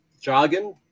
jargon